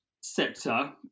sector